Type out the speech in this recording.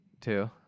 two